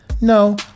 no